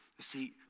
see